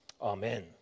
Amen